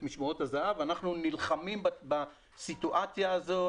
משמרות הזה"ב ואנחנו נלחמים בסיטואציה הזאת.